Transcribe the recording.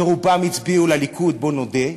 ורובם הצביעו לליכוד, בואו נודה,